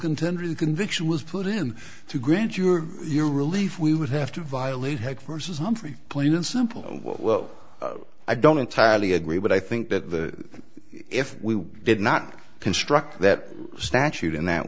contendere conviction was put in to grant your your relief we would have to violate heck versus humphrey plain and simple well i don't entirely agree but i think that if we did not construct that statute in that